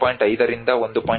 5 ರಿಂದ 1